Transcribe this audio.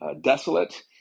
desolate